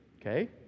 okay